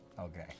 Okay